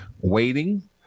waiting